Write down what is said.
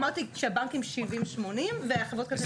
אמרתי שהבנקים 70%-80% וחברות כרטיסי האשראי